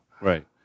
right